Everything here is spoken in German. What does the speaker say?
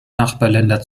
nachbarländer